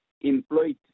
employed